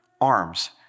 arms